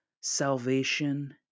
salvation